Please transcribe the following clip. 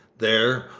there,